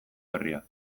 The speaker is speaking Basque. berria